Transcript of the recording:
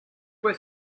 were